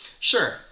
Sure